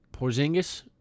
Porzingis